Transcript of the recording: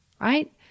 right